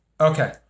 Okay